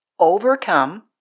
overcome